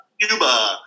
cuba